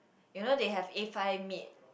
you know they have A five meat